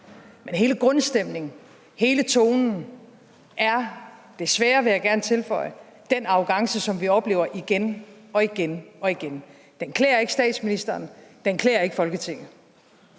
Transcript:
men hele grundstemningen, hele tonen er desværre, vil jeg gerne tilføje, et udtryk for den arrogance, som vi oplever igen og igen. Den klæder ikke statsministeren, den klæder ikke Folketinget.